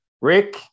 rick